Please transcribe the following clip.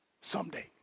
someday